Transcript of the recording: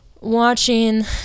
watching